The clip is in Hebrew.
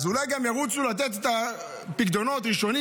אז אולי גם ירוצו לתת את הפיקדונות ראשונים?